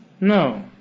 No